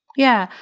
yeah,